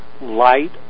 light